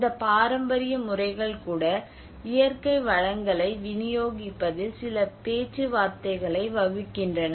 இந்த பாரம்பரிய முறைகள் கூட இயற்கை வளங்களை விநியோகிப்பதில் சில பேச்சுவார்த்தைகளை வகுக்கின்றன